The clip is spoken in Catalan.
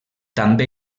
també